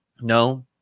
No